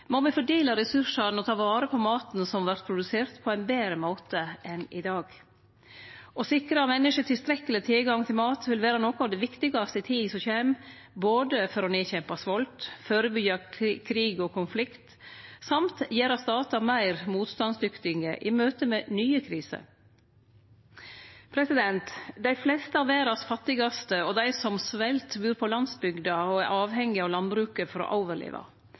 må me fordele ressursane og ta vare på maten som vert produsert, på ein betre måte enn i dag. Å sikre menneske tilstrekkeleg tilgang til mat vil vere noko av det viktigaste i tida som kjem, både for å nedkjempe svolt, førebyggje krig og konflikt og gjere statar meir motstandsdyktige i møte med nye kriser. Dei fleste av dei fattigaste i verda og dei som svelt, bur på landsbygda og er avhengig av landbruket for å overleve.